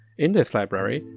in this library,